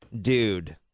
dude